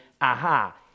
aha